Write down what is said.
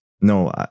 No